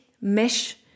mesh